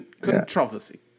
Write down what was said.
Controversy